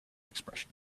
expression